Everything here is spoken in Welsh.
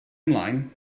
ymlaen